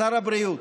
שר הבריאות,